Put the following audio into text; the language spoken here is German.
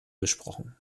gesprochen